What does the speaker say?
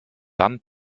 dann